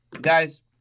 Guys